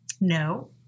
No